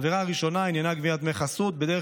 העבירה הראשונה עניינה גביית דמי חסות בדרך